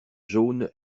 jaunes